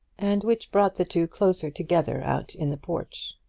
and which brought the two closer together out in the porch.